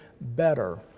better